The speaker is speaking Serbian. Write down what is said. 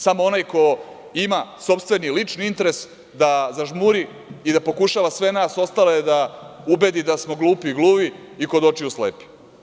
Samo onaj ko ima sopstveni lični interes da zažmuri i da pokušava sve nas ostale da ubedi da smo glupi i gluvi i kod očiju slepi.